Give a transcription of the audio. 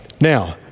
Now